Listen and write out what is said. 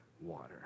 water